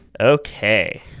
Okay